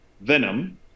venom